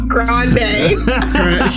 Grande